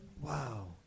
Wow